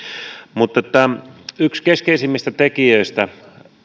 yksi keskeisimmistä tekijöistä